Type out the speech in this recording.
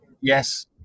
yes